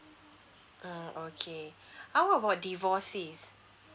ah okay how about divorcees